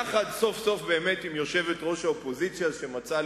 יחד סוף-סוף באמת עם יושבת-ראש האופוזיציה שמצאה